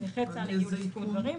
עם נכי צה"ל הגיעו לסיכום דברים,